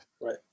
Right